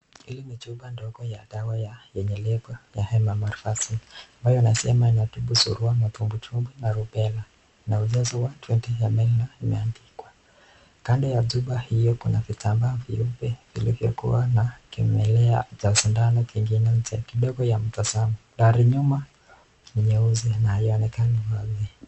Hili ni chupa ndogo ya dawa yenye lable mmr two ambayo ni ya kutibu surua matumbwitumbwi na rubela, na hujazwa twenty ml na imeadikwa, kando ya chupa hio kuna vitambaa vyeupe vilivyokuwa na kimelea kidogo cha sindano, nyuma ni nyeusi na haionekani wazi.